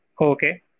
Okay